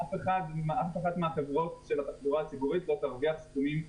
אף אחת מהחברות של התחבורה הציבורית לא תרוויח סכומים.